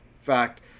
fact